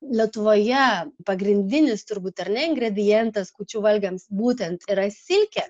letuvoje pagrindinis turbūt ar ne ingredientas kūčių valgiams būtent yra silkė